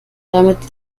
damit